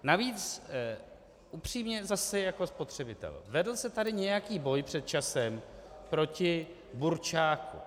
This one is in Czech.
Navíc, upřímně, zase jako spotřebitel vedl se tady nějaký boj před časem proti burčáku.